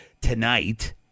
tonight